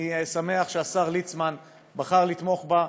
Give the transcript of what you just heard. אני שמח שהשר ליצמן בחר לתמוך בה,